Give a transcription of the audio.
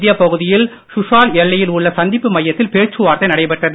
இந்திய பகுதியில் சுஷால் எல்லையில் உள்ள சந்திப்பு மையத்தில் பேச்சுவார்த்தை நடைபெற்றது